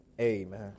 Amen